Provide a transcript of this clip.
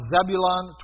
Zebulun